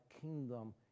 kingdom